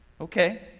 Okay